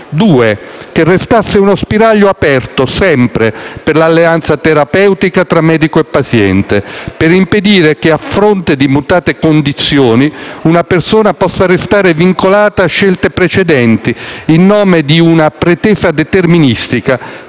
che restasse uno spiraglio aperto, sempre, per l'alleanza terapeutica tra medico e paziente, per impedire che a fronte di mutate condizioni una persona possa restare vincolata a scelte precedenti in nome di una pretesa deterministica